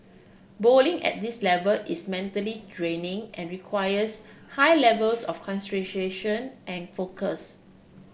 bowling at this level is mentally draining and requires high levels of concentration and focus